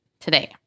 today